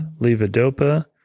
levodopa